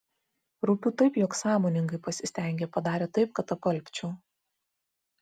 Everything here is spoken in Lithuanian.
rūpiu taip jog sąmoningai pasistengė padarė taip kad apalpčiau